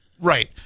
Right